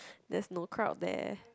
that is no crowd there